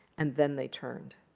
and then they turned.